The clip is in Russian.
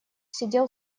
сидел